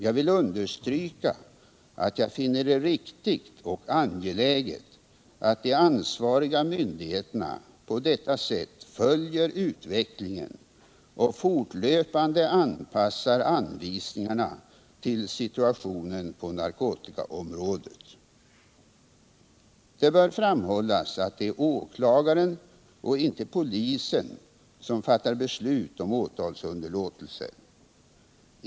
Jag vill understryka att jag finner det riktigt och angeläget att de ansvariga myndigheterna på detta sätt följer utvecklingen och fortlöpande anpassar anvisningarna till situationen på narkotikaområdet. Det bör framhållas att det är åklagaren och inte polisen som fattar beslut om åtalsunderlåtelse.